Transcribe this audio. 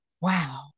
wow